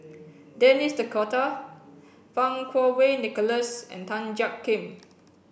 Denis D'Cotta Fang Kuo Wei Nicholas and Tan Jiak Kim